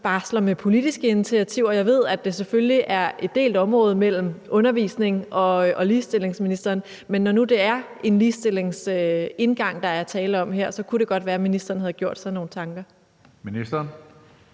barsler med politiske initiativer. Jeg ved, at det selvfølgelig er et delt område mellem undervisnings- og ligestillingsministeren, men når nu det er en ligestillingsindgang, der er tale om her, så kunne det godt være, at ministeren havde gjort sig nogle tanker. Kl.